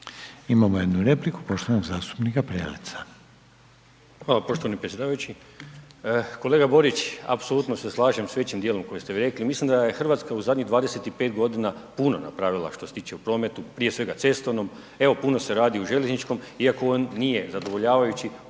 Imamo jednu repliku poštovanog zastupnika Preleca. **Prelec, Alen (SDP)** Hvala poštovani predsjedavajući. Kolega Borić, apsolutno se slažem s većim dijelom koji ste rekli, mislim da je RH u zadnjih 25.g. puno napravila što se tiče u prometu, prije svega cestovnom, evo puno se radi u željezničkom iako on nije zadovoljavajući